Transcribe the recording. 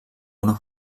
una